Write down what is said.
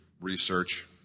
research